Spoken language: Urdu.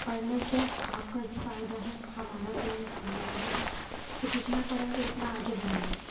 پڑھنے سے آپ ہی کا فائدہ ہے ہمارا کوئی نقصان نہیں ہے تو جتنا پڑھیں گے اتنا آگے بڑھیں گے